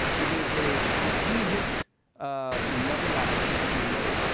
it is a strategic um level up, if you will,